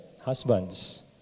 husbands